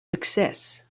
access